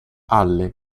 alle